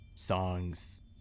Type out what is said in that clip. Songs